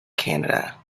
canada